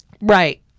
Right